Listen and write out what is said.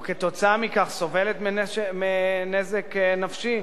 ועקב כך סובלת מנזק נפשי,